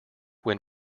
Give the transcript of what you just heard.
when